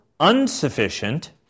insufficient